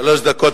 שלוש דקות,